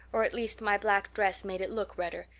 or at least my black dress made it look redder,